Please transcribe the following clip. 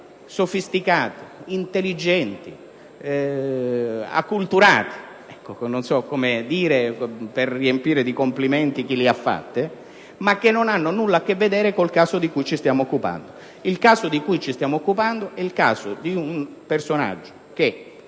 sofisticate, intelligenti ed acculturate (non so cosa altro dire per riempire di complimenti chi le ha fatte), ma che tuttavia non hanno nulla a che vedere con il caso di cui ci stiamo occupando. Quello di cui ci stiamo occupando è il caso di un personaggio che,